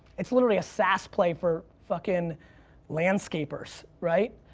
it's literally a saas play for fuckin' landscapers, right?